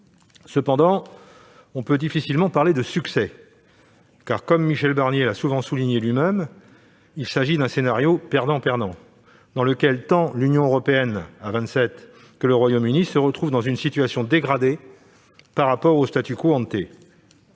Cependant, on peut difficilement parler de « succès »: comme Michel Barnier l'a souvent souligné, il s'agit d'un scénario « perdant-perdant » dans lequel tant l'Union européenne à vingt-sept que le Royaume-Uni se retrouvent dans une situation dégradée par rapport au Sur le